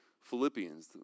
Philippians